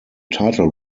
title